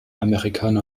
amerikaner